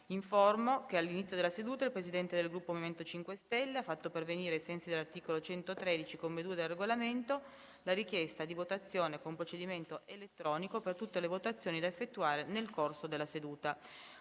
che all'inizio della seduta il Presidente del Gruppo MoVimento 5 Stelle ha fatto pervenire, ai sensi dell'articolo 113, comma 2, del Regolamento, la richiesta di votazione con procedimento elettronico per tutte le votazioni da effettuare nel corso della seduta.